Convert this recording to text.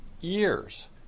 years